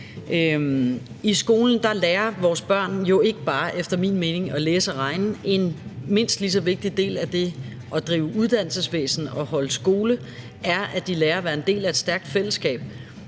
I skolen lærer vores børn jo efter min mening ikke bare at læse og regne. En mindst lige så vigtig del af det at drive uddannelsesvæsen og holde skole er, at de lærer at være en del af et stærkt fællesskab;